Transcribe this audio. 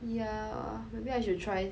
ya maybe I should try